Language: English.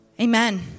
Amen